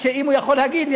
אם הוא יכול להגיד לי,